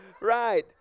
Right